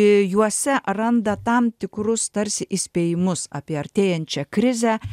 juose randa tam tikrus tarsi įspėjimus apie artėjančią krizę